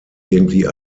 irgendwie